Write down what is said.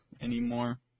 anymore